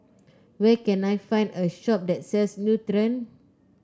where can I find a shop that sells Nutren